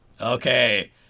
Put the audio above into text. Okay